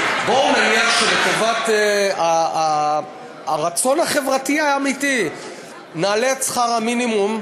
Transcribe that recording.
בואו נניח שלטובת הרצון החברתי האמיתי נעלה את שכר המינימום,